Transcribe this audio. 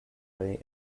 way